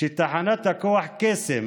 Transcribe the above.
שתחנת הכוח קסם